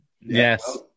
yes